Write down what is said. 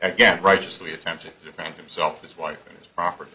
again righteously attempting to defend himself his wife and his property